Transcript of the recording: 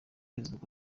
facebook